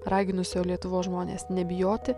raginusio lietuvos žmones nebijoti